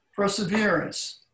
perseverance